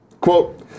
Quote